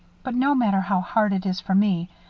but, no matter how hard it is for me,